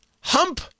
hump